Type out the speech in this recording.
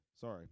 Sorry